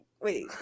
Wait